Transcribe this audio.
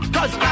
Cause